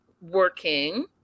working